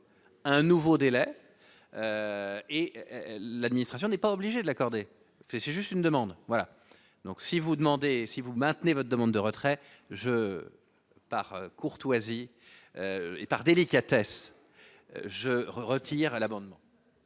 un nouveau délai et l'administration n'est pas obligé de l'accorder, c'est juste une demande voilà donc si vous demandez si vous maintenez votre demande de retrait je par courtoisie et par délicatesse, je retire à l'abonnement.